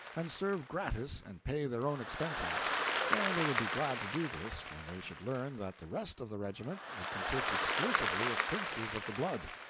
and serve gratis and pay their own expenses and they would be glad to do this when they should learn that the rest of the regiment would consist exclusively of princes of the blood.